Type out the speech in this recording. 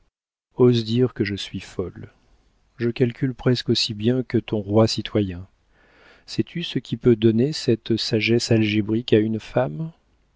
ose dire que je suis folle je calcule presque aussi bien que ton roi citoyen sais-tu ce qui peut donner cette sagesse algébrique à une femme